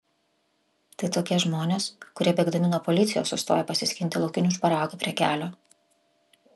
tai tokie žmonės kurie bėgdami nuo policijos sustoja pasiskinti laukinių šparagų prie kelio